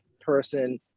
person